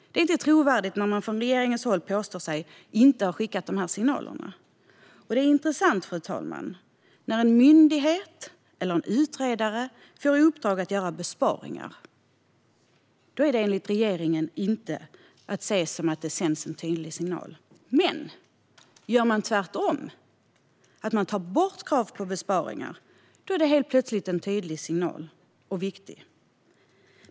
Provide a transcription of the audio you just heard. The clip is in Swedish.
Det är inte trovärdigt att från regeringens håll påstå att några signaler inte har skickats. Det är intressant, fru talman, att när en myndighet eller en utredare får i uppdrag att göra besparingar ska det enligt regeringen inte ses som att en tydlig signal sänds. Men om man gör tvärtom och tar bort krav på besparingar är det helt plötsligt en tydlig och viktig signal.